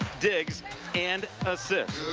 digs and assists.